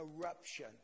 corruption